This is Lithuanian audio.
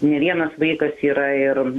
ne vienas vaikas yra ir